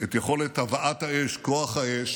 הבאת האש, כוח האש